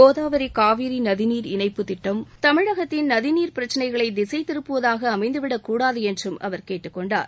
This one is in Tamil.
கோதாவரி காவிரி நதிநீர் இணைப்பு திட்டம் தமிழகத்தின் நதிநீர் பிரச்சினைகளை திசை திருப்புவதாக அமைந்துவிடக் கூடாது என்றும் அவர் கேட்டுக்கொண்டார்